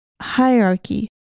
Hierarchy